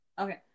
Okay